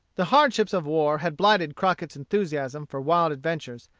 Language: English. the hardships of war had blighted crockett's enthusiasm for wild adventures,